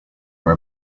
for